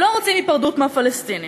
לא רוצים היפרדות מהפלסטינים.